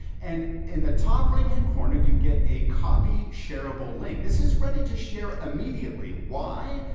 and in the top right hand corner, you get a copy shareable link. this is ready to share immediately. why,